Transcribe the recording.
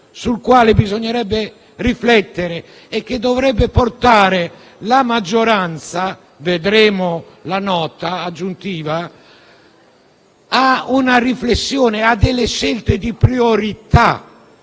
sul quale bisognerebbe riflettere e che dovrebbe portare la maggioranza - vedremo la Nota aggiuntiva - a una riflessione e a scelte di priorità.